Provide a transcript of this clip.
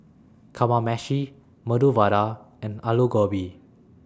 Kamameshi Medu Vada and Alu Gobi